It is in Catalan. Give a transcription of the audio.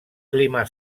clima